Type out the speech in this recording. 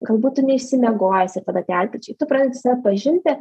galbūt tu neišsimiegojęs ir tada tie atkryčiai tu pradedi save pažinti